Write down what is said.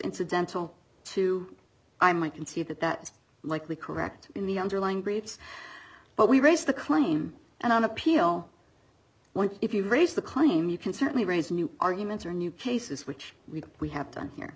incidental to i am i can see that that is likely correct in the underlying grades but we raise the claim and on appeal one if you raise the claim you can certainly raise new arguments or new cases which we we have done here